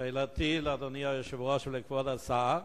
שאלתי לאדוני היושב-ראש ולכבוד השר: